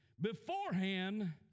beforehand